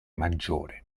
maggiore